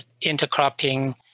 intercropping